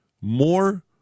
more